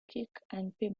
constituency